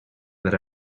that